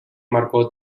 marcó